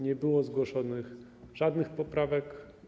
Nie było zgłoszonych żadnych poprawek.